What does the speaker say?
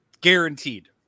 Guaranteed